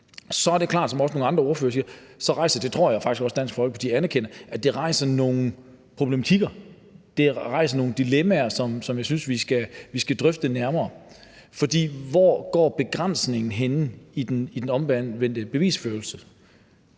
på, er det klart, som også andre ordførere har sagt – jeg tror faktisk også, at Dansk Folkeparti anerkender det – at det rejser nogle problematikker, nogle dilemmaer, som jeg synes vi skal drøfte nærmere. For hvor er begrænsningen i den omvendte bevisførelse,